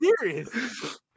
serious